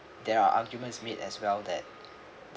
there are arguments made as well that